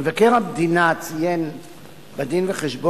מבקר המדינה ציין בדין-וחשבון